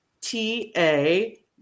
T-A